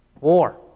War